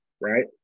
Right